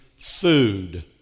Food